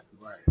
right